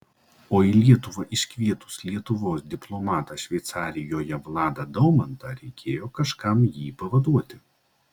o į lietuvą iškvietus lietuvos diplomatą šveicarijoje vladą daumantą reikėjo kažkam jį pavaduoti